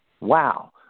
Wow